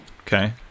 Okay